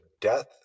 death